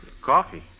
Coffee